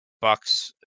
Bucks